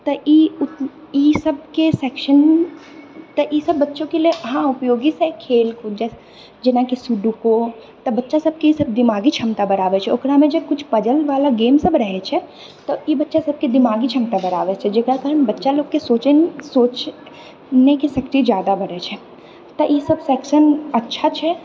तऽ ई ई सभके सेक्शन तऽ ईसभ बच्चोके लिए हँ उपयोगी सा खेल कूद जे जेनाकि सुडुको तऽ बच्चाके ईसभ दिमागी क्षमता बढ़ाबैत छै ओकरामे जे कुछ पजलबाला गेमसभ रहैत छै तऽ ई बच्चासभके दिमागी क्षमता बढ़ाबैत छै जेकरा कि बच्चा लोकके सोचयमे सोचने की शक्ति ज्यादा बढ़ैत छै तऽ ईसभ सेक्शन अच्छा छै